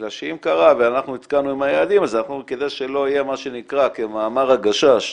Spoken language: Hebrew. אם קרה ואנחנו נתקענו עם היעדים אז כדי שלא יהיה מה שנקרא כמאמר הגשש,